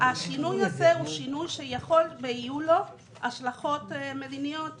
השינוי הזה הוא שינוי שיהיו לו השלכות מדיניות.